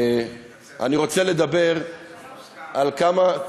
אני רוצה לדבר על כמה,